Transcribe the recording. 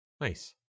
nice